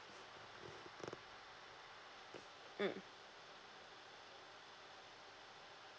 mm